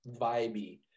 vibey